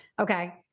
Okay